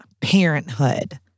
parenthood